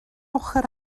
ochr